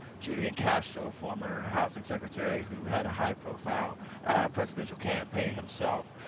julian castro former house secretary who had a high profile presidential campaign himself.